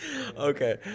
Okay